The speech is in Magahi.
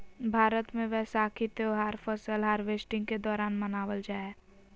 भारत मे वैसाखी त्यौहार फसल हार्वेस्टिंग के दौरान मनावल जा हय